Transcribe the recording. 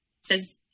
says